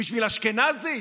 בשביל אשכנזי?